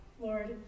Lord